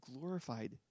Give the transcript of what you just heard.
glorified